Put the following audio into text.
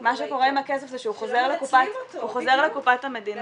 מה שקורה עם הכסף, שהוא חוזר לקופת המדינה.